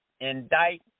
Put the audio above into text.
indict